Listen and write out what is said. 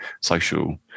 social